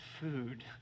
food